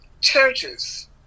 Churches